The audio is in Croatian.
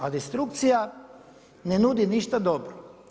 A destrukcija ne nudi ništa dobro.